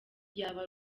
yaba